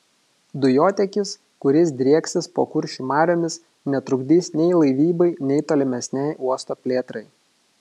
dujotiekis kuris drieksis po kuršių mariomis netrukdys nei laivybai nei tolimesnei uosto plėtrai